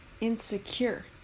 insecure